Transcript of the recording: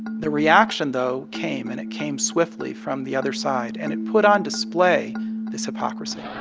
the reaction, though, came, and it came swiftly from the other side, and it put on display this hypocrisy